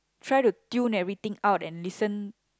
try to tune everything out and listen